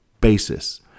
basis